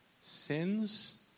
Sins